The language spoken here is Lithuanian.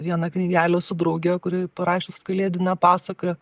vieną knygelę su drauge kuri parašius kalėdinę pasaką